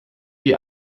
die